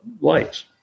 lights